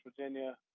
Virginia